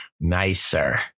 nicer